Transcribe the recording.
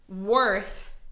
worth